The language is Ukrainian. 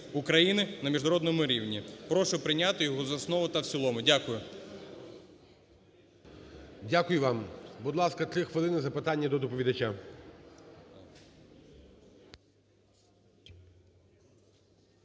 України на міжнародному рівні, прошу прийняти його за основу та в цілому. Дякую. ГОЛОВУЮЧИЙ. Дякую вам. Будь ласка, 3 хвилини запитання до доповідача.